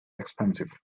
expensive